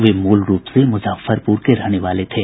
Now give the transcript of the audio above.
वे मूल रूप से मुजफ्फरपुर के रहने वाले थे